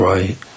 Right